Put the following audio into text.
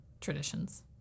traditions